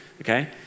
Okay